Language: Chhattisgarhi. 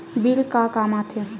बिल का काम आ थे?